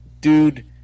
Dude